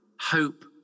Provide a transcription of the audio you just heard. hope